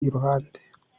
iruhande